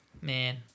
man